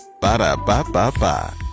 Ba-da-ba-ba-ba